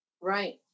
Right